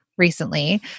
recently